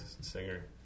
singer